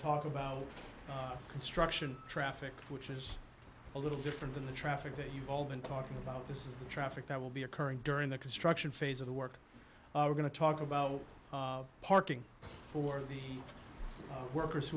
talk about construction traffic which is a little different than the traffic that you've all been talking about this is the traffic that will be occurring during the construction phase of the work we're going to talk about parking for the workers